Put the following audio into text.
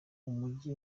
umugi